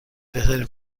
بهترین